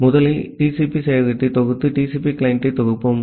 ஆகவே முதலில் TCP சேவையகத்தை தொகுத்து TCP கிளையண்டை தொகுப்போம்